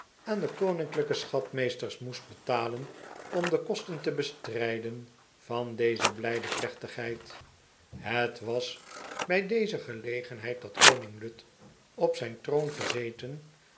aan de koninklijke schatmeesters moest betalen om de kosten te bestrijden van deze blijde plechtigheid het was bij deze gelegenheid dat koning lud op zijn troon gezeten